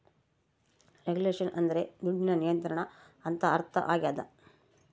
regulation ಅಂದ್ರೆ ದುಡ್ಡಿನ ನಿಯಂತ್ರಣ ಅಂತ ಅರ್ಥ ಆಗ್ಯದ